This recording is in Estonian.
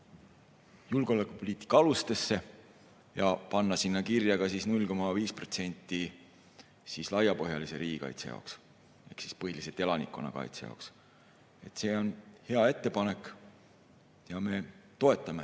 julgeolekupoliitika alustesse ja panna sinna kirja ka 0,5% laiapõhjalise riigikaitse jaoks ehk põhiliselt elanikkonnakaitse jaoks. See on hea ettepanek ja me toetame